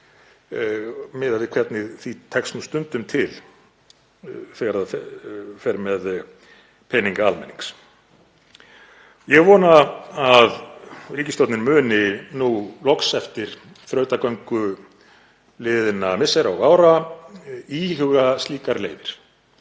miðað við hvernig tekst nú stundum til þegar ríkið fer með peninga almennings. Ég vona að ríkisstjórnin muni nú loks, eftir þrautagöngu liðinna missera og ára, íhuga slíkar leiðir.